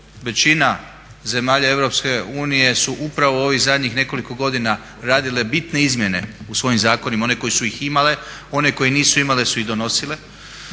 Većina zemalja EU su upravo ovih zadnjih nekoliko godina radile bitne izmjene u svojim zakonima, one koje su h imale, one koje ih nisu imale su ih donosile.